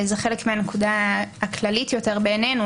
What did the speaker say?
זה חלק מהנקודה הכללית יותר בעינינו,